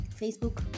Facebook